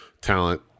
talent